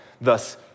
Thus